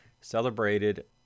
celebrated